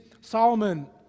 Solomon